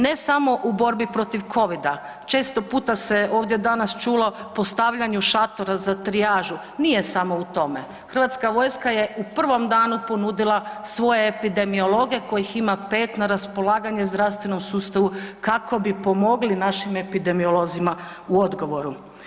Ne samo u borbi protiv COVID-a, često puta se ovdje danas čulo o postavljanju šatora za trijažu, nije samo u tome, Hrvatska vojska je u prvom danu ponudila svoje epidemiologe kojih ima 5 na raspolaganju u zdravstvenom sustavu kako bi pomogli našim epidemiolozima u odgovoru.